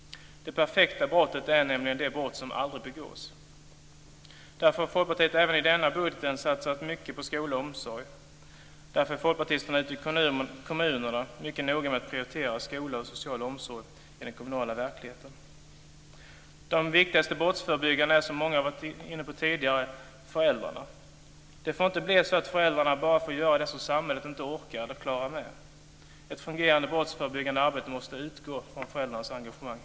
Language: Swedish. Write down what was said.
Det perfekta brottet är nämligen det brott som aldrig begås. Därför har Folkpartiet även när det gäller denna budget satsat mycket på skola och omsorg och därför är Folkpartiet ute i kommunerna mycket noga med att prioritera skola och social omsorg i den kommunala verkligheten. De viktigaste brottsförebyggarna är, som många tidigare varit inne på, föräldrarna. Det får inte bli så att föräldrarna bara får göra det som samhället inte orkar med eller klarar av. Ett fungerande brottsförebyggande arbete måste utgå från föräldrarnas engagemang.